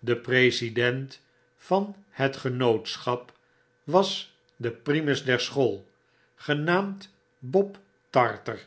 de president van het genootschap was de primus der school genaamd bob tarter